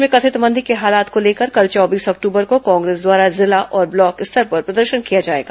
देश में कथित मंदी के हालात को लेकर कल चौबीस अक्टूबर को कांग्रेस द्वारा जिला और ब्लॉक स्तर पर प्रदर्शन किया जाएगा